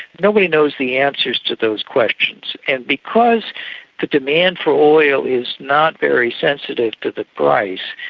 nobody knows the answers to those questions. and because the demand for oil is not very sensitive to the price,